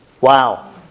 Wow